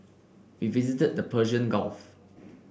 we visited the Persian Gulf